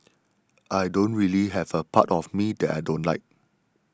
I don't really have a part of me that I don't like